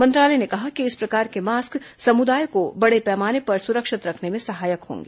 मंत्रालय ने कहा कि इस प्रकार के मास्क समुदाय को बड़े पैमाने पर सुरक्षित रखने में सहायक होंगे